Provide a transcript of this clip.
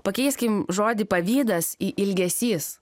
pakeiskim žodį pavydas į ilgesys